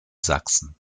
sachsen